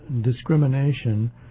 discrimination